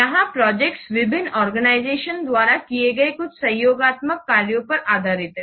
यहां प्रोजेक्ट्स विभिन्न ऑर्गनिज़तिओन्स द्वारा किए गए कुछ सहयोगात्मक कार्यों पर आधारित हैं